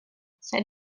said